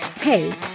Hey